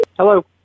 Hello